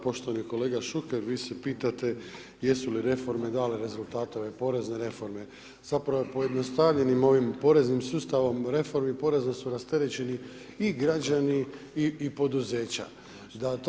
Poštovani kolega Šuker, vi se pitate, jesu li reforme dale rezultate, ove porezne reforme, zapravo pojednostavljenim ovim poreznim sustavom, reformom, porezno su rasterećeni i građani poduzeća.